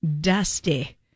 dusty